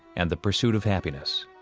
and the pursuit of happiness